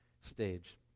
stage